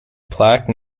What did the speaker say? plaque